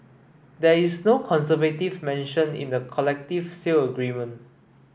there is no conservative mentioned in the collective sale agreement